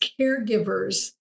caregivers